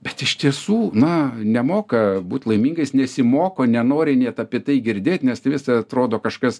bet iš tiesų na nemoka būt laimingais nesimoko nenori net apie tai girdėt nes tai vis atrodo kažkas